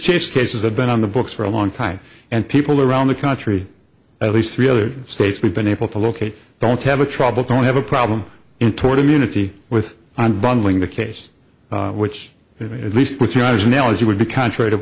chase cases have been on the books for a long time and people around the country at least three other states we've been able to locate don't have a trouble don't have a problem in toward immunity with on bungling the case which it at least with your eyes now as you would be contrary to